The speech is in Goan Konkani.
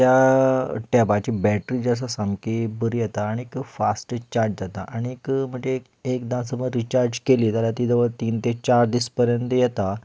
त्या टॅबाची बॅटरी जी आसा सामकी बरी येता आनी फास्ट चार्ज जाता आनी म्हणजे एकदा समज रिचार्ज केली जाल्यार ती तीन तें चार दीस पर्यंत येता